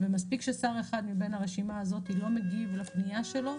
ומספיק ששר אחד מבין הרשימה הזאת לא מגיב לפנייה שלו,